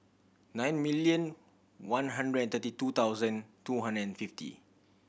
nine million one hundred and thirty two thousand two hundred and fifty